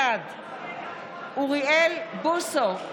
בעד אוריאל בוסו,